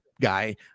guy